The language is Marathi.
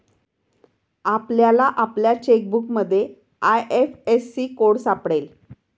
आपल्याला आपल्या चेकबुकमध्ये आय.एफ.एस.सी कोड सापडेल